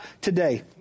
today